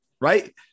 right